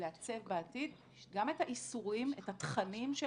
לעצב בעתיד גם את האיסורים, את התכנים של